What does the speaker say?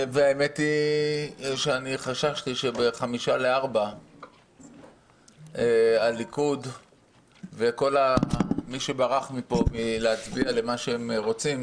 והאמת היא שחששתי שב-15:55 הליכוד וכל מי שברח מפה מהצבעה למה שהם רוצים